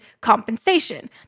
compensation